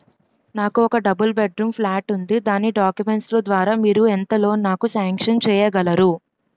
నాకు ఒక double bedroom flat ఉంది దాని డాక్యుమెంట్స్ లు ద్వారా మీరు ఎంత లోన్ నాకు సాంక్షన్ చేయగలరు?